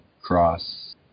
cross